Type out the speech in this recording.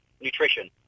nutrition